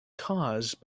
cause